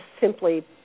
simply